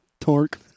Torque